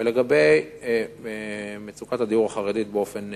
לגבי מצוקת הדיור החרדי באופן פרטי,